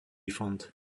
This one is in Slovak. fond